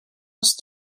als